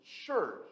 church